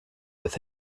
with